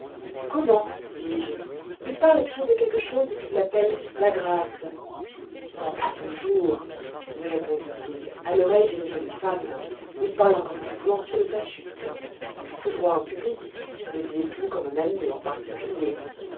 comment dis-je il parle toujours de quelque chose qu'il appelle la grâce non pas toujours me répondit-il à l'oreille d'une jolie femme il parle encore plus volontiers de sa chute il foudroie en public mais il est doux comme un agneau en particulier